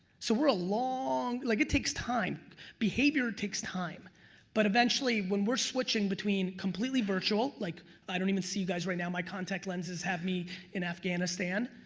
so we're a long like it takes time behavior takes time but eventually when we're switching between completely virtual like i don't even see you guys right now my contact lenses have me in afghanistan,